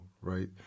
right